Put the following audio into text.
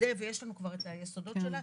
ויש לנו כבר את היסודות שלה,